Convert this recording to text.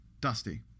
Dusty